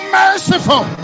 merciful